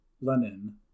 Lenin